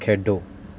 ਖੇਡੋ